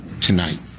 tonight